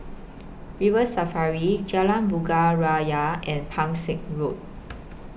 River Safari Jalan Bunga Raya and Pang Seng Road